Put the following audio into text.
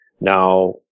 Now